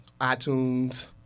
iTunes